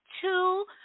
two